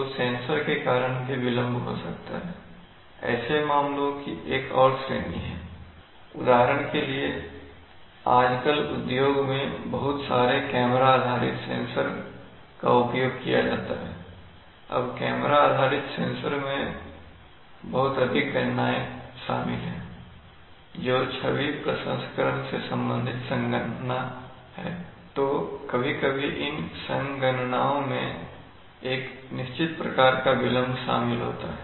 तो सेंसर के कारण भी विलंब हो सकता है ऐसे मामलों की एक और श्रेणी है उदाहरण के लिए आजकल उद्योग में बहुत सारे कैमरा आधारित सेंसर का उपयोग किया जाता है अब कैमरा आधारित सेंसर में बहुत अधिक गणनाए शामिल है जो छवि प्रसंस्करण से संबंधित संगणना हैतो कभी कभी इन संगणनाओं में एक निश्चित प्रकार का विलंब शामिल होता है